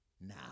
now